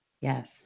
Yes